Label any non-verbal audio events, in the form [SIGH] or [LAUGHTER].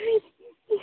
[UNINTELLIGIBLE]